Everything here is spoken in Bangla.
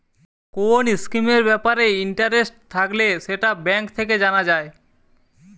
কোন স্কিমের ব্যাপারে ইন্টারেস্ট থাকলে সেটা ব্যাঙ্ক থেকে জানা যায়